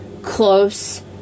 close